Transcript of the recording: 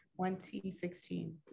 2016